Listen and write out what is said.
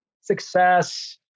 success